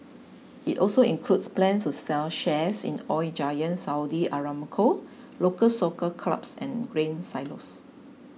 it also includes plans to sell shares in Oil Giant Saudi Aramco Local Soccer Clubs and Grain Silos